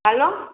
hello